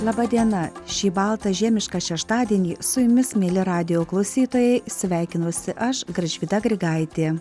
laba diena šį baltą žiemišką šeštadienį su jumis mieli radijo klausytojai sveikinuosi aš gražvyda grigaitė